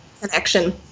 connection